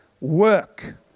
work